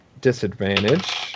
disadvantage